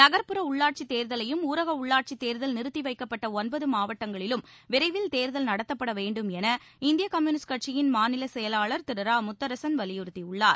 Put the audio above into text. நகர்ப்புற உள்ளாட்சித் தேர்தலையும் ஊரக உள்ளாட்சித் தேர்தல் நிறுத்தி வைக்கப்பட்ட ஒன்பது மாவட்டங்களிலும் விரைவில் தேர்தல் நடத்தப்பட வேண்டும் என இந்திய கம்யூனிஸ்ட் கட்சியின் மாநிலச் செயலாளர் திரு இரா முத்தரசன் வலியுறுத்தியுள்ளார்